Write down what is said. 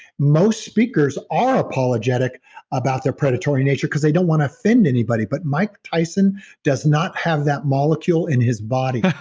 most speakers are apologetic about their predatory nature because they don't want to offend anybody, but mike tyson does not have that molecule in his body,